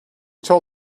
told